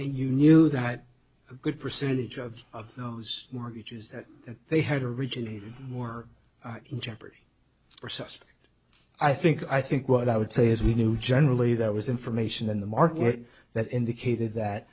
you knew that a good percentage of those mortgages that they had originated more in jeopardy or suspect i think i think what i would say is we knew generally there was information in the market that indicated that